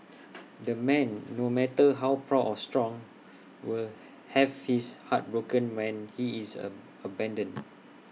the man no matter how proud or strong will have his heart broken when he is A abandoned